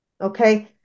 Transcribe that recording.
Okay